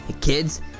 kids